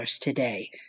today